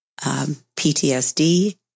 PTSD